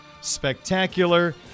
spectacular